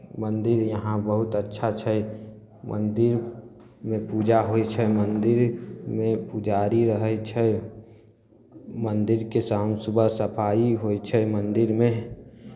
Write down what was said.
मन्दिर यहाँ बहुत अच्छा छै मन्दिरमे पूजा होइ छै मन्दिरमे पुजारी रहै छै मन्दिरके शाम सुबह सफाइ होइ छै मन्दिरमे